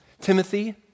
Timothy